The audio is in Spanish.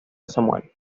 samuel